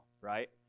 right